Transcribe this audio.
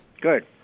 Good